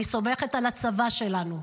אני סומכת על הצבא שלנו.